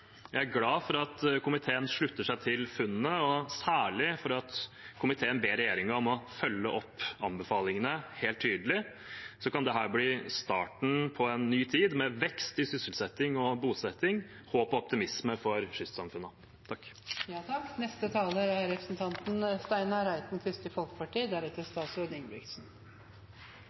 Jeg er glad for at komiteen slutter seg til funnene, og særlig for at komiteen ber regjeringen om å følge opp anbefalingene helt tydelig, så kan dette bli starten på en ny tid med vekst i sysselsetting og bosetting, håp og optimisme i kystsamfunnene. Riksrevisjonens undersøkelse av kvotesystemet i kyst- og havfisket er